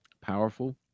powerful